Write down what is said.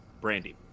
Brandy